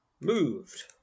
moved